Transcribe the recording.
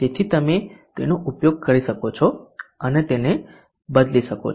તેથી તમે તેનો ઉપયોગ કરી શકો છો અને તેને બદલી શકો છો